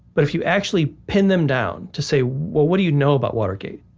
but if you actually pin them down to say, well, what do you know about watergate?